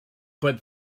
but